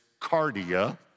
cardia